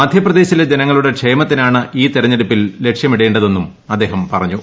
മധ്യപ്രദേശിലെ ജനങ്ങളുടെ ക്ഷേമത്തിനാണ് ഈ തെരഞ്ഞെടുപ്പിൽ ലക്ഷ്യമിടേണ്ടതെന്നും അദ്ദേഹം പറഞ്ഞു